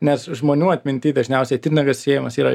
nes žmonių atminty dažniausiai titnagas siejamas yra